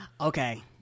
okay